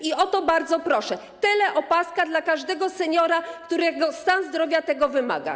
I o to bardzo proszę: teleopaska dla każdego seniora, którego stan zdrowia tego wymaga.